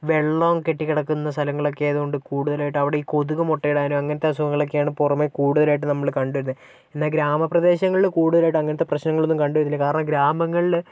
വെള്ളം കെട്ടിക്കിടന്ന സ്ഥലങ്ങളൊക്കെ ആയതുകൊണ്ട് കൂടുതലുമായിട്ട് അവിടെ ഈ കൊതുക് മുട്ടയിടാനും അങ്ങനത്തെ അസുഖങ്ങളൊക്കെയാണ് പുറമെ കൂടുതലായിട്ട് നമ്മൾ കണ്ടുവരുന്നത് എന്നാ ഗ്രാമപ്രദേശങ്ങളെ കൂടുതലായിട്ട് അങ്ങനത്തെ പ്രശ്നങ്ങളൊന്നും കണ്ടു വരുന്നില്ല കാരണം ഗ്രാമങ്ങളിൽ